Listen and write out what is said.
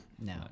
no